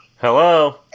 hello